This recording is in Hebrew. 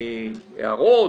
הערות,